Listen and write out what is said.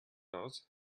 aus